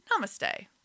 namaste